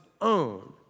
own